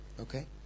Okay